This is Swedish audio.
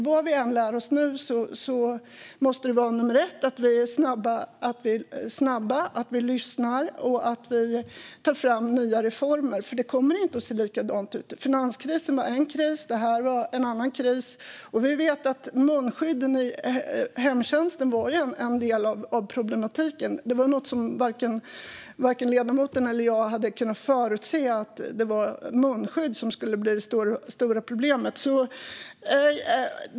Vad vi än lär oss nu måste nummer ett vara att vi behöver vara snabba, lyssna och ta fram nya reformer, för det kommer inte att se likadant ut. Finanskrisen var en kris, det här var en annan kris. Vi vet att en del av problematiken handlade om munskydden i hemtjänsten. Varken ledamoten eller jag hade kunnat förutse att munskydd skulle bli det stora problemet.